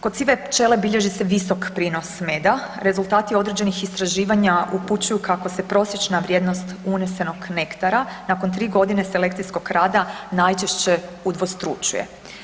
Kod sive pčele bilježi se visok prinos meda, rezultati određenih istraživanja upućuju kako se prosječna vrijednost unesenog nektara nakon 3 godine selekcijskog rada najčešće udvostručuje.